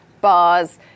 bars